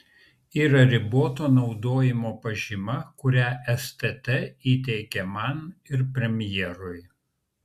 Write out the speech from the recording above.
yra riboto naudojimo pažyma kurią stt įteikė man ir premjerui